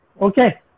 Okay